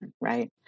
right